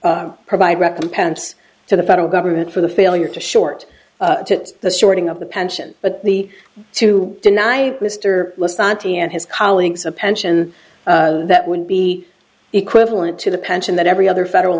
to provide recompense to the federal government for the failure to short the shorting of the pension but the to deny mr t and his colleagues a pension that would be equivalent to the pension that every other federal